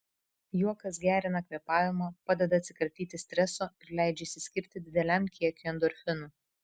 juokas gerina kvėpavimą padeda atsikratyti streso ir leidžia išsiskirti dideliam kiekiui endorfinų